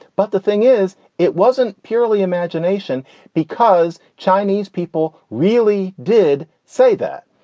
but the thing is, it wasn't purely imagination because chinese people really did say that.